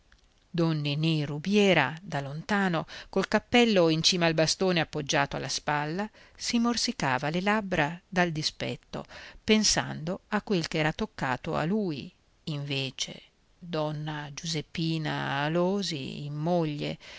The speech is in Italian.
don ninì rubiera da lontano col cappello in cima al bastone appoggiato alla spalla si morsicava le labbra dal dispetto pensando a quel che era toccato a lui invece donna giuseppina alòsi in moglie